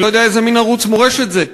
אני לא יודע איזה מין ערוץ מורשת זה,